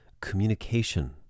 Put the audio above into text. communication